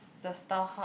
the Starhub